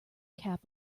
cap